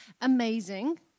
Amazing